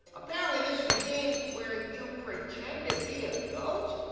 apparently this is a game where you pretend to be a goat?